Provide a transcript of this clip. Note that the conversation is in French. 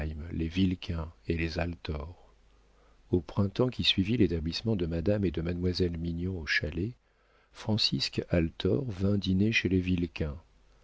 les vilquin et les althor au printemps qui suivit l'établissement de madame et de mademoiselle mignon au chalet francisque althor vint dîner chez les